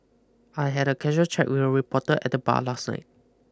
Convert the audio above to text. I had a casual chat with a reporter at the bar last night